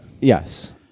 Yes